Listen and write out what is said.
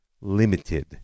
limited